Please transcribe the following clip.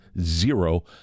zero